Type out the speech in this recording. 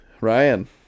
Ryan